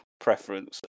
preference